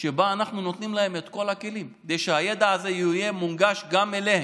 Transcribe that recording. שבה אנחנו נותנים להם את כל הכלים כדי שהידע הזה יהיה מונגש גם להם.